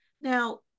Now